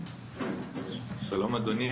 שלום, אדוני.